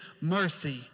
mercy